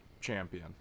champion